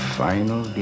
final